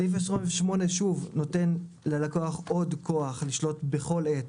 סעיף 28 נותן ללקוח עוד כוח לשלוט בכל עת